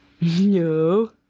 No